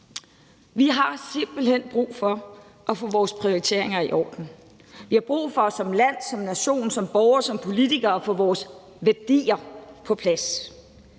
Vi har simpelt hen brug for at få vores prioriteringer i orden. Vi har brug for som land, som nation, som borgere, som politikere at få vores værdier på plads.